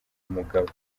umugabo